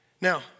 Now